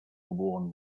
geboren